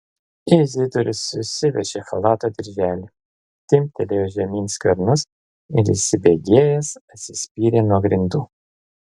izidorius susiveržė chalato dirželį timptelėjo žemyn skvernus ir įsibėgėjęs atsispyrė nuo grindų